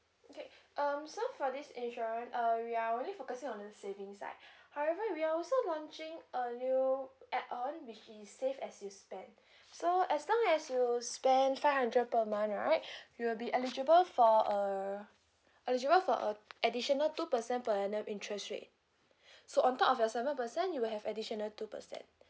okay um so for this insuran~ uh we are only focusing on the savings side however we are also launching a new add on which is save as you spend so as long as you spend five hundred per month right you will be eligible for a eligible for a additional two percent per annum interest rate so on top of your seven percent you will have additional two percent